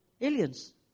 aliens